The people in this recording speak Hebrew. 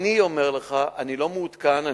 אני אומר לך, אני לא מעודכן.